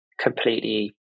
completely